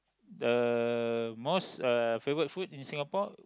the most uh favorite food in Singapore